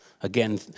Again